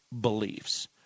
beliefs